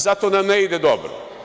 Zato nam ne ide dobro.